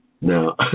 Now